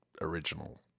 original